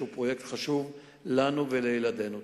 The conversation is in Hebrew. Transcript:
שהוא פרויקט חשוב לנו ולילדינו.